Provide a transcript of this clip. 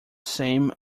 same